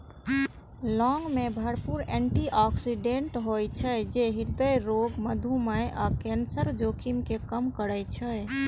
लौंग मे भरपूर एटी ऑक्सिडेंट होइ छै, जे हृदय रोग, मधुमेह आ कैंसरक जोखिम कें कम करै छै